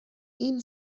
این